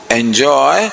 enjoy